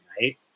right